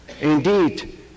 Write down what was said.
Indeed